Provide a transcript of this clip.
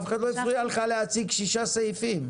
אף אחד לא הפריע לך להציג שישה סעיפים.